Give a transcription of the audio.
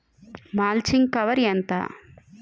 Mulching cover ఎంత?